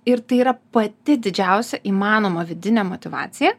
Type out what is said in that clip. ir tai yra pati didžiausia įmanoma vidinė motyvacija